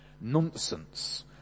Nonsense